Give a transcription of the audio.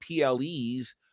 ple's